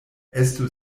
estu